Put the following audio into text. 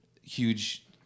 Huge